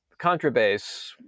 contrabass